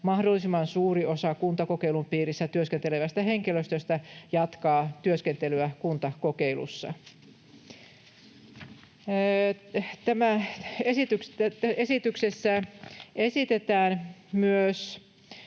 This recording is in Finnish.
mahdollisimman suuri osa kuntakokeilun piirissä työskentelevästä henkilöstöstä jatkaa työskentelyä kuntakokeilussa. Esityksessä esitetään myös